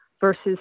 versus